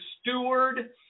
steward